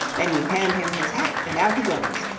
then you hand him his hat and out he goes.